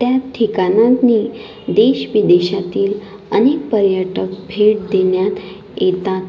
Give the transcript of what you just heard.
त्या ठिकाणांनी देशविदेशातील अनेक पर्यटक भेट देण्यात येतात